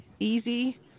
Easy